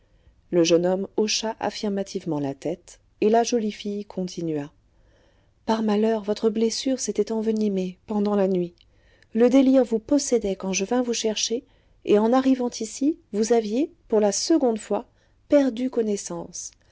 le jeune homme hocha affirmativement la tête et la jolie fille continua par malheur votre blessure s'était envenimée pendant la nuit le délire vous possédait quand je vins vous chercher et en arrivant ici vous aviez pour la seconde fois perdu connaissance